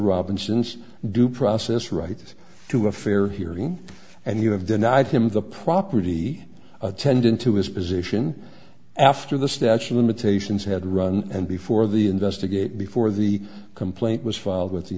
robinson's due process rights to a fair hearing and you have denied him the property attendant to his position after the statue limitations had run and before the investigate before the complaint was filed with the